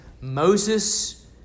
Moses